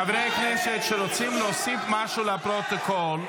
חברי כנסת שרוצים להוסיף משהו לפרוטוקול,